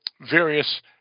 various